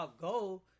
go